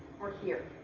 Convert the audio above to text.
or here.